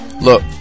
look